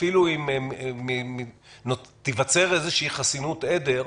אפילו אם תיווצר איזו חסינות עדר,